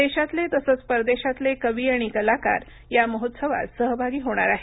देशातले तसंच परदेशाले कवी आणि कलाकार या महोत्सवात सहभागी होणार आहेत